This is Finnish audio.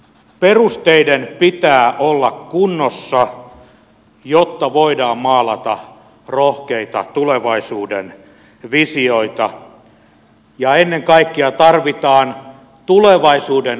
perusteiden pitää olla kunnossa jotta voidaan maalata rohkeita tulevaisuudenvisioita ja ennen kaikkea tarvitaan tulevaisuudenuskoa